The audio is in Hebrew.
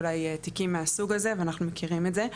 אליי תיקים מהסוג הזה ואנחנו מכירים את זה.